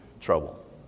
trouble